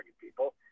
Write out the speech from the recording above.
people